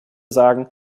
sagen